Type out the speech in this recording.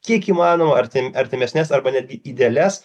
kiek įmanoma arti artimesnes arba netgi įdealias